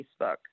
Facebook